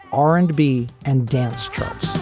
r and b and dance charts